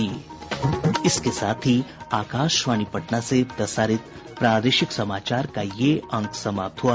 इसके साथ ही आकाशवाणी पटना से प्रसारित प्रादेशिक समाचार का ये अंक समाप्त हुआ